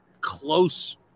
close